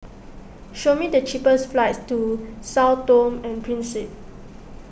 show me the cheapest flights to Sao Tome and Principe